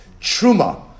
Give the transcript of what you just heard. Truma